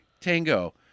tango